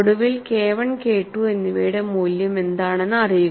ഒടുവിൽ KI K II എന്നിവയുടെ മൂല്യം എന്താണെന്ന് അറിയുക